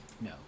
No